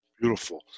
Beautiful